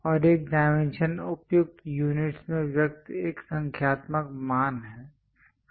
और एक डायमेंशन उपयुक्त यूनिटस् में व्यक्त एक संख्यात्मक मान है